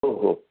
हो हो